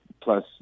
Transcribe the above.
plus